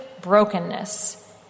brokenness